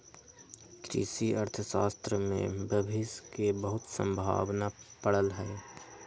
कृषि अर्थशास्त्र में भविश के बहुते संभावना पड़ल हइ